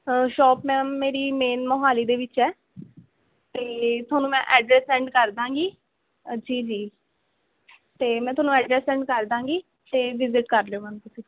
shop ma'am ਮੇਰੀ main Mohali ਦੇ ਵਿੱਚ ਹੈ ਅਤੇ ਤੁਹਾਨੂੰ ਮੈਂ ਐਡਰੈਸ ਸੈਂਡ ਕਰਦਾਂਗੀ ਜੀ ਜੀ ਅਤੇ ਮੈਂ ਤੁਹਾਨੂੰ ਐਡਰੈਸ ਸੈਂਡ ਕਰਦਾਂਗੀ ਅਤੇ ਵੀਜ਼ਿਟ ਕਰਲਿਓ ਮੈਮ ਤੁਸੀਂ